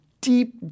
deep